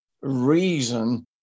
reason